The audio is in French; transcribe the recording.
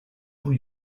rue